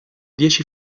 dieci